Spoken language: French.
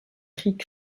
creek